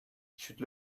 should